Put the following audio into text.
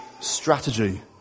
strategy